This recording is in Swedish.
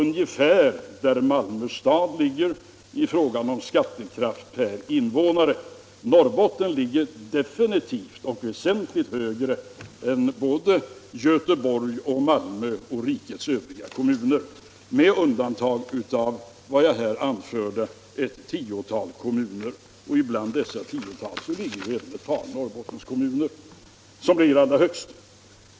Norrbotten ligger definitivt väsentligt högre än både Göteborg och Malmö och även högre än rikets övriga kommuner, med undantag av, som jag här anförde, ett tiotal kommuner. Med bland detta tiotal finns även ett par Norrbottenskommuner, av dem som ligger allra högst.